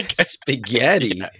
Spaghetti